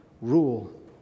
rule